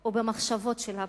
או במחשבות של הפרט,